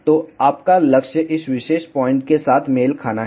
तो आपका लक्ष्य इस विशेष पॉइंट के साथ मेल खाना है